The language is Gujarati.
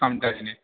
કામ કરીને